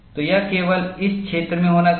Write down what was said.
तो यह केवल इस क्षेत्र में होना चाहिए